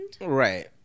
right